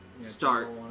Start